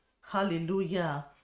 Hallelujah